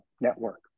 network